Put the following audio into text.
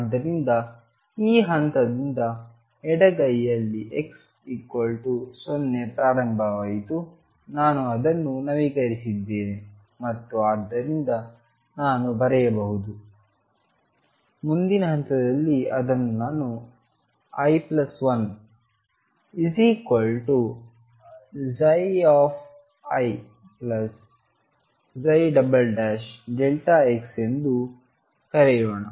ಆದ್ದರಿಂದ ಈ ಹಂತದಿಂದ ಎಡಗೈಯಲ್ಲಿ x 0 ಪ್ರಾರಂಭವಾಯಿತು ನಾನು ಅದನ್ನು ನವೀಕರಿಸಿದ್ದೇನೆ ಮತ್ತು ಆದ್ದರಿಂದ ನಾನು ಬರೆಯಬಹುದು ಮುಂದಿನ ಹಂತದಲ್ಲಿ ಅದನ್ನು ನಾನು i1ψix ಎಂದು ಕರೆಯೋಣ